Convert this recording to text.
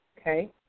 okay